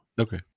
Okay